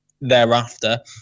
thereafter